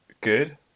good